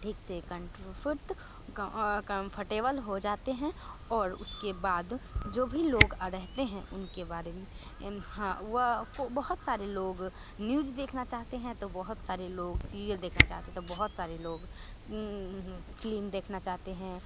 ठीक से कंट्रो फुट क कंफर्टेबल हो जाते हैं और उसके बाद जो भी लोग रहते हैं उनके बारे में इन हाँ वह को बहुत सारे लोग न्यूज़ देखना चाहते हैं तो बहुत सारे लोग सीरियल देखना चाहते हैं तो बहुत सारे लोग फिलिम देखना चाहते हैं